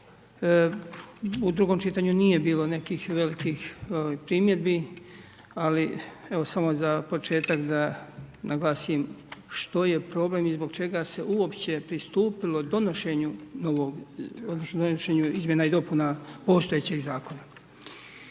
U drugom čitanju nije bilo nekih velikih primjedbi, ali evo, samo za početak da naglasim što je problem i zbog čega se uopće pristupilo donošenju izmjena i dopuna postojećeg zakona.